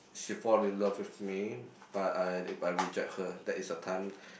she fall in love with me but I but I reject her that is the time